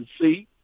see